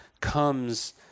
comes